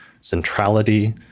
centrality